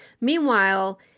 Meanwhile